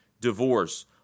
divorce